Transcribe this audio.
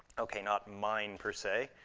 okay, not mine, per se.